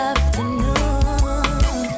Afternoon